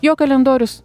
jo kalendorius